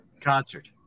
concert